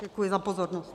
Děkuji za pozornost.